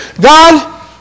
God